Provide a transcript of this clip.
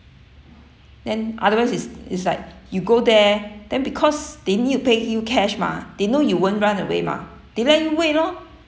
then otherwise is is like you go there then because they need to pay you cash mah they know you won't run away mah they let wait lor